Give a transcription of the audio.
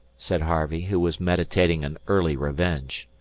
said harvey, who was meditating an early revenge.